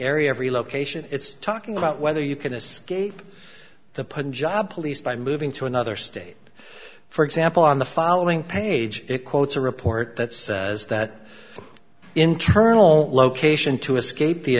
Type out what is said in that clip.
area of relocation it's talking about whether you can escape the punjab police by moving to another state for example on the following page it quotes a report that says that internal location to escape the